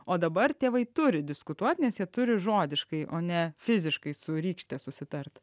o dabar tėvai turi diskutuot nes jie turi žodiškai o ne fiziškai su rykšte susitart